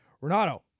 Renato